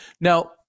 now